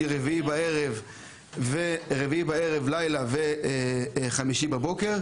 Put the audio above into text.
שזה רביעי בערב ובלילה וחמישי בבוקר.